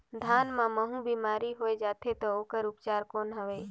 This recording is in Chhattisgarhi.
धान मां महू बीमारी होय जाथे तो ओकर उपचार कौन हवे?